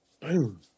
Boom